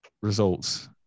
results